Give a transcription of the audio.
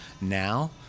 now